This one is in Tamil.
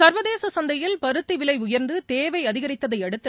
சர்வதேசசந்தையில் பருத்திவிலைஉயர்ந்ததேவைஅதிகரித்ததையடுத்து